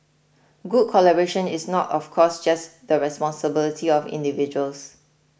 good collaboration is not of course just the responsibility of individuals